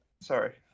Sorry